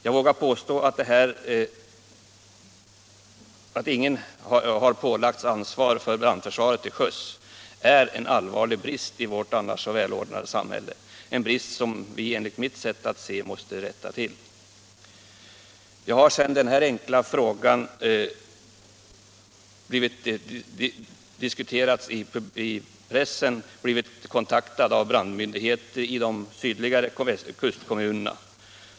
Jag vågar påstå att det här förhållandet, att ingen har pålagts ansvar för brandförsvaret till sjöss, är en allvarlig brist i vårt annars så välordnade samhälle — en brist som vi enligt mitt sätt att se måste rätta till. Sedan den här enkla frågan diskuterats i pressen har jag blivit kontaktad av brandmyndigheter i de sydliga kustkommunerna.